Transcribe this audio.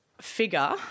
figure